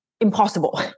impossible